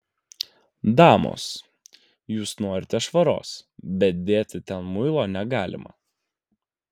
damos jūs norite švaros bet dėti ten muilo negalima